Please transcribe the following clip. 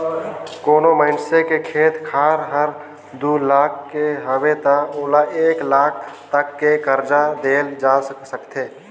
कोनो मइनसे के खेत खार हर दू लाख के हवे त ओला एक लाख तक के करजा देहल जा सकथे